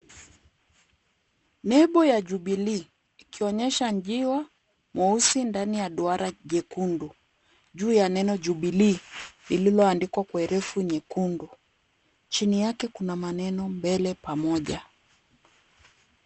Nembo ya Jubilee ikionyesha njiwa mweusi ndani ya duara jekundu juu ya neno Jubilee lililoandikwa kwa herufi nyekundu. Chini yake kuna maneno mbele pamoja.